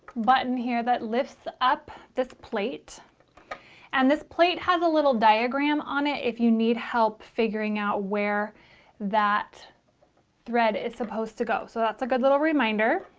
button here that lifts up this plate and this plate has a little diagram on it if you need help figuring out where that thread is supposed to go so that's a good little reminder.